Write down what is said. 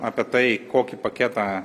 apie tai kokį paketą